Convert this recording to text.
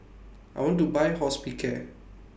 I want to Buy Hospicare